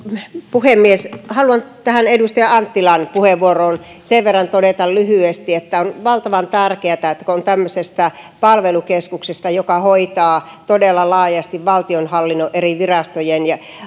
puhemies haluan tähän edustaja anttilan puheenvuoroon liittyen sen verran todeta lyhyesti että on valtavan tärkeätä kun on kyse tämmöisestä palvelukeskuksesta joka hoitaa todella laajasti valtionhallinnon eri virastojen